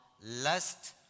lust